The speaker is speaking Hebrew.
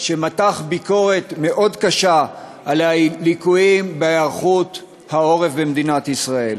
שמתח ביקורת מאוד קשה על הליקויים בהיערכות העורף במדינת ישראל.